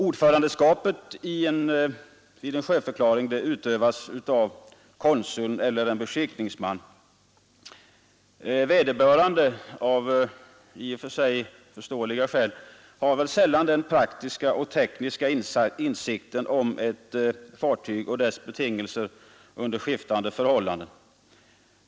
Ordförandeskapet vid en sjöförklaring utövas av konsuln eller av en beskickningsman. Av lättförståeliga skäl har dessa tjänstemän sällan den praktiska och tekniska insikt som behövs om fartyg och fartygs betingelser under skiftande förhållanden.